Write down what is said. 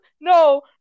no